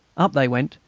up they went,